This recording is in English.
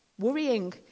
Worrying